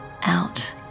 out